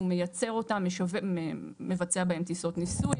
הוא מייצר אותם, מבצע בהן טיסות ניסוי.